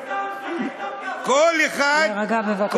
חברים, אתה משחק, כל אחד, להירגע, בבקשה.